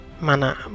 mana